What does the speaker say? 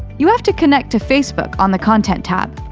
you have to connect to facebook on the content tab.